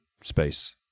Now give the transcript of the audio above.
space